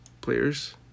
players